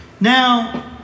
Now